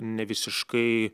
ne visiškai